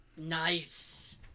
Nice